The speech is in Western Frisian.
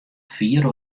fier